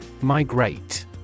Migrate